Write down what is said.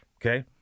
okay